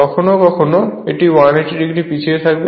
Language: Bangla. কখনো কখনো এটি 180o পিছিয়ে থাকবে